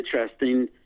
interesting